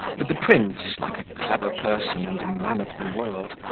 but the prince, like a clever person and a man of the world,